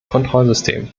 kontrollsystem